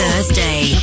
Thursday